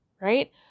Right